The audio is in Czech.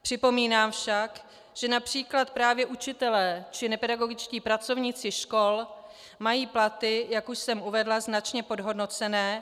Připomínám však, že například právě učitelé či nepedagogičtí pracovníci škol mají platy, jak už jsem uvedla, značně podhodnocené.